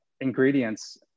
ingredients